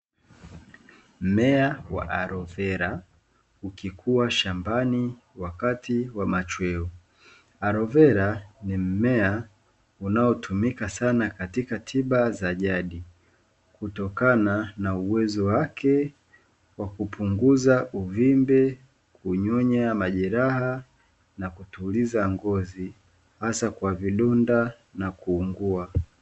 Mmea wa Alovela ukikua shambani wakati wa machweo. Alovela ni mmea unaotumika sana katika tiba za jadi kutokana na uwezo wake wa kupunguza uvimbe, kunyonya majeraha na kutuliza ngozi hasa kwa vidonda na kuungua.